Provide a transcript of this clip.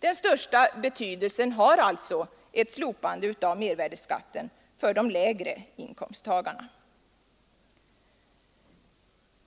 Den största betydelsen har alltså ett slopande av mervärdeskatten för de lägre inkomsttagarna.